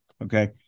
Okay